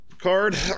card